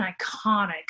iconic